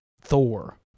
thor